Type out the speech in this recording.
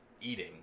eating